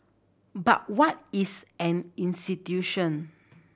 but what is an institution